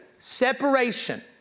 separation